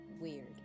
weird